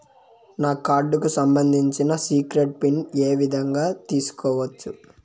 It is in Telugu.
నా కార్డుకు సంబంధించిన సీక్రెట్ పిన్ ఏ విధంగా తీసుకోవచ్చు?